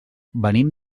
venim